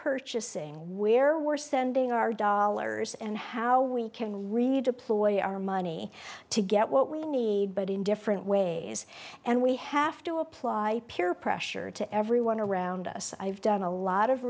purchasing where we're sending our dollars and how we can redeploy our money to get what we need but in different ways and we have to apply peer pressure to everyone around us i've done a lot of